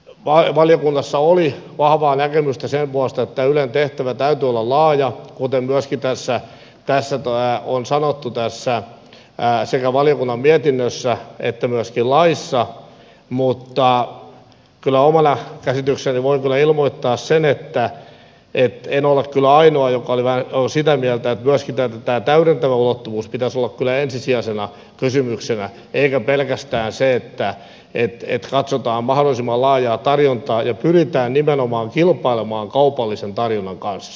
valiokunnassa oli vahvaa näkemystä sen puolesta että tämän ylen tehtävän täytyy olla laaja kuten on sanottu sekä valiokunnan mietinnössä että myöskin laissa mutta omana käsityksenäni voin kyllä ilmoittaa sen että en ole kyllä ainoa joka on sitä mieltä että myöskin tämän täydentävän ulottuvuuden pitäisi olla ensisijaisena kysymyksenä eikä pelkästään sen että katsotaan mahdollisimman laajaa tarjontaa ja pyritään nimenomaan kilpailemaan kaupallisen tarjonnan kanssa